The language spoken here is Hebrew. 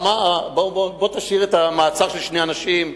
תשאיר את המעצר של שני אנשים,